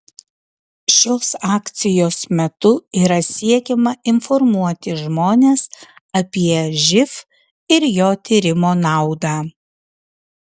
šios akcijos metu yra siekiama informuoti žmones apie živ ir jo tyrimo naudą